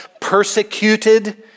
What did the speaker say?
persecuted